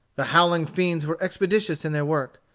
the howling fiends were expeditious in their work.